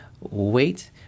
wait